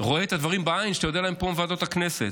רואה בעין את הדברים שאתה דן עליהם פה בוועדות הכנסת.